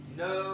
no